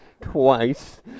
twice